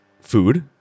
food